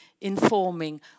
informing